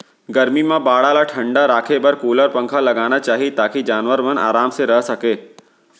गरमी म बाड़ा ल ठंडा राखे बर कूलर, पंखा लगाना चाही ताकि जानवर मन आराम से रह सकें